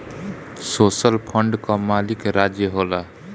social fund कअ मालिक राज्य होला